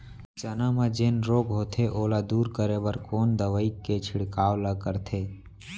चना म जेन रोग होथे ओला दूर करे बर कोन दवई के छिड़काव ल करथे?